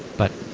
but